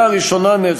מדינות ערב,